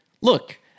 Look